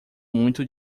muito